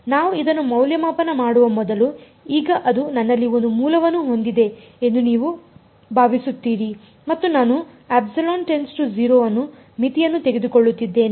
ನಾವು ಇದನ್ನು ಮೌಲ್ಯಮಾಪನ ಮಾಡುವ ಮೊದಲು ಈಗ ಇದು ನನ್ನಲ್ಲಿ ಒಂದು ಮೂಲವನ್ನು ಹೊಂದಿದೆ ಎಂದು ನೀವು ಭಾವಿಸುತ್ತೀರಿ ಮತ್ತು ನಾನು ಅನ್ನು ಮಿತಿಯನ್ನು ತೆಗೆದುಕೊಳ್ಳುತ್ತಿದ್ದೇನೆ